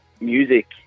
music